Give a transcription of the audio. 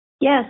Yes